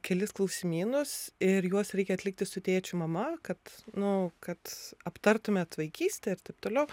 kelis klausimynus ir juos reikia atlikti su tėčiu mama kad nu kad aptartumėt vaikystę ir taip toliau